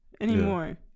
Anymore